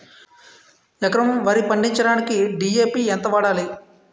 ఎకరం వరి పండించటానికి డి.ఎ.పి ఎంత వాడాలి?